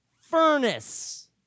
furnace